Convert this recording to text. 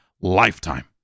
lifetime